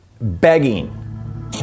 begging